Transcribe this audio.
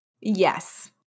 Yes